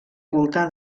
culta